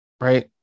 Right